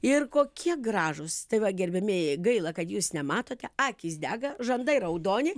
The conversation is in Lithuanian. ir kokie gražūs tai va gerbiamieji gaila kad jūs nematote akys dega žandai raudoni